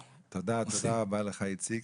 תודה, תודה רבה לך איציק.